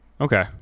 Okay